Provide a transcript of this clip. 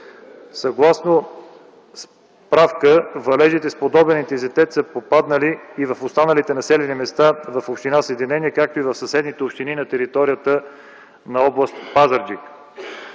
Съгласно справка, валежи с подобен интензитет са паднали и в останалите населени места на община Съединение, както и в съседните общини на територията на област Пазарджик.